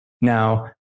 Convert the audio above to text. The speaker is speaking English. Now